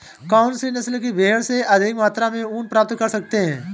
कौनसी नस्ल की भेड़ से अधिक मात्रा में ऊन प्राप्त कर सकते हैं?